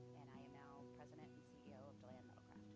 and i am now president and ceo of deland metal craft.